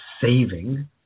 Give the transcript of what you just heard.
saving